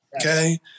Okay